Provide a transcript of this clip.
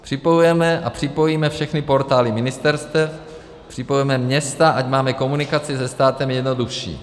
Připojujeme a připojíme všechny portály ministerstev, připojujeme města, ať máme komunikaci se státem jednodušší.